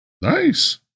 Nice